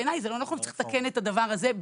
בעיני זה לא נכון וצריך לתקן את הדבר הזה.